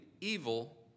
evil